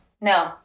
No